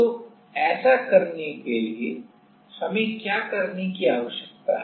तो ऐसा करने के लिए हमें क्या करने की आवश्यकता है